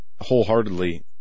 wholeheartedly